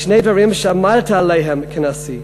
שני דברים שעמדת עליהם כנשיא.